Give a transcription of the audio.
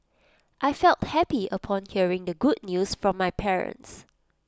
I felt happy upon hearing the good news from my parents